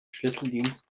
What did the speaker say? schlüsseldienst